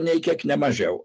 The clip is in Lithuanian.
nei kiek ne mažiau